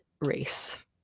race